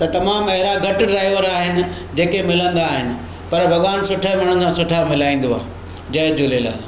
त तमामु अहिड़ा घटि ड्राईवर आहिनि जेके मिलंदा आहिनि पर भॻवान सुठे माण्हुनि सां सुठा मिलाईंदो आहे जय झूलेलाल